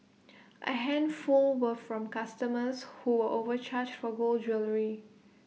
A handful were from customers who were overcharged for gold jewellery